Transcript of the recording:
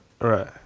Right